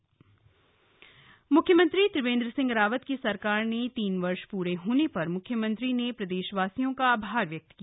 सरकार के तीन वर्ष म्ख्यमंत्री त्रिवेन्द्र सिंह रावत की सरकार ने तीन वर्ष पूरे होने पर म्ख्यमंत्री ने प्रदेशवासियों का आभार व्यक्त किया